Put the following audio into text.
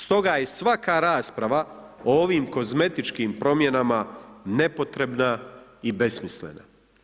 Stoga je svaka rasprava o ovim kozmetičkim promjenama nepotrebna i besmislena.